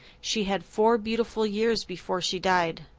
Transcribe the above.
she had four beautiful years before she died.